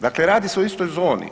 Dakle radi se o istoj zoni.